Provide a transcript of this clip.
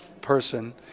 person